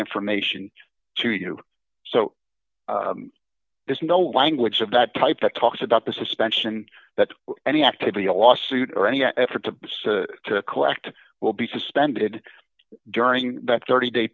information to you so there's no language of that type that talks about the suspension that any activity a lawsuit or any effort to collect will be suspended during that thirty day